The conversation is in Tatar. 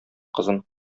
кызын